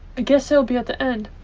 i guess it'll be at the end.